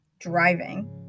driving